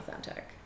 authentic